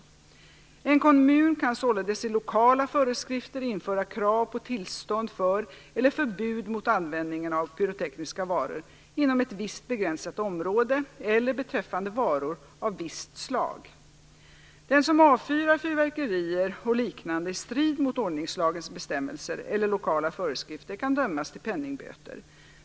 En kommun kan således i lokala föreskrifter införa krav på tillstånd för eller förbud mot användningen av pyrotekniska varor inom ett visst begränsat område eller beträffande varor av visst slag. Den som avfyrar fyrverkerier och liknande i strid mot ordningslagens bestämmelser eller lokala föreskrifter kan dömas till penningböter.